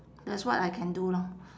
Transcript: that's what I can do lor